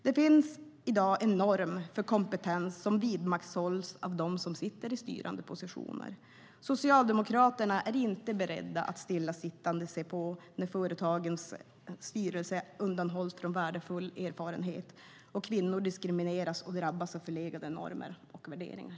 Det finns i dag en norm för kompetens som vidmakthålls av dem som sitter i styrande positioner. Socialdemokraterna är inte beredda att stillasittande se på när företagens styrelser undanhålls från värdefull erfarenhet och kvinnor diskrimineras och drabbas av förlegade normer och värderingar.